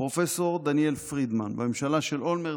פרופ' דניאל פרידמן, בממשלה של אולמרט.